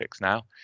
now